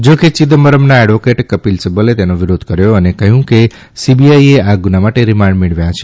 જો કે ચિદમ્બરમના એડવોકેટ કપિલ સિબ્બલે તેનો વિરોધ કર્યો અને કહ્યું કે સીબીઆઇ એ આ ગુના માટે રીમાન્ડ મેળવ્યા છે